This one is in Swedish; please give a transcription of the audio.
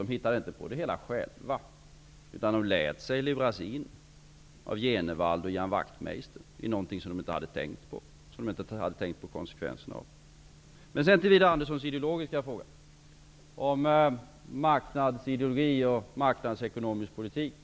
Man hittade inte på det hela själv, utan lät sig luras in av Bo G Jenevall och Ian Wachtmeister i någonting som de inte hade tänkt på konsekvenserna av. Så till Widar Anderssons fråga om marknadsideologi och marknadsekonomisk politik.